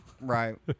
right